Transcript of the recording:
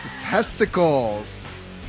Testicles